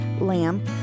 lamb